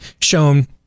shown